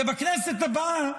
כי בכנסת הבאה,